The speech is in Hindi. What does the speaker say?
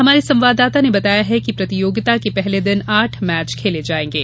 हमारे संवाददाता ने बताया है कि प्रतियोगिता के पहले दिन आठ मैच खेले जायेंगे